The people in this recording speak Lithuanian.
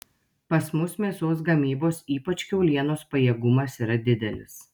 pas mus mėsos gamybos ypač kiaulienos pajėgumas yra didelis